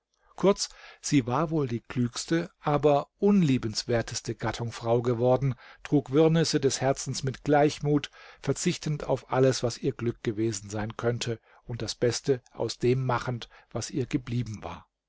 kurz sie war wohl die klügste aber unliebenswerteste gattung frau geworden trug wirrnisse des herzens mit gleichmut verzichtend auf alles was ihr glück gewesen sein könnte und das beste aus dem machend was ihr geblieben war